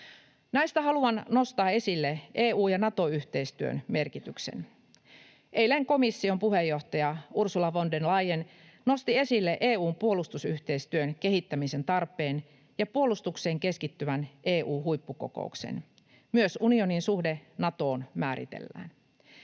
Näistä haluan nostaa esille EU- ja Nato-yhteistyön merkityksen. Eilen komission puheenjohtaja Ursula von der Leyen nosti esille EU:n puolustusyhteistyön kehittämisen tarpeen ja puolustukseen keskittyvän EU-huippukokouksen. Myös unionin suhde Natoon määritellään.